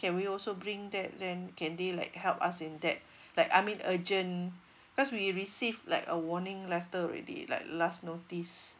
can we also bring that then can they like help us in that like I mean urgent cause we receive like a warning letter already like last notice